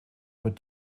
what